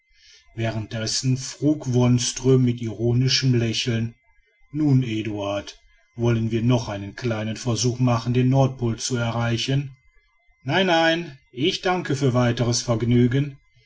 währenddessen frug wonström mit ironischem lächeln nun eduard wollen wir noch einen kleinen versuch machen den nordpol zu erreichen nein nein ich danke für weiteres vergnügen